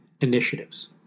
initiatives